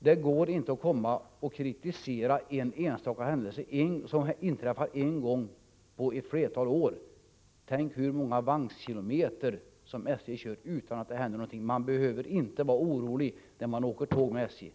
Det går inte att komma och kritisera för en enstaka händelse, för något som har inträffat en gång på ett flertal år. Tänk hur många vagnkilometer SJ har kört utan att det hänt någonting! Man behöver inte vara orolig när man åker tåg med SJ.